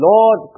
Lord